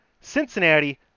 Cincinnati